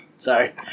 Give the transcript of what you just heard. Sorry